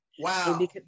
Wow